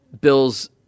Bill's